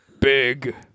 big